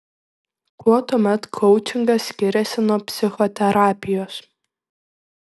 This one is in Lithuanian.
kuo tuomet koučingas skiriasi nuo psichoterapijos